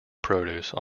produce